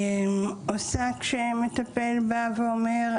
עושה כשמטפל בא ואומר: